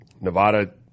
Nevada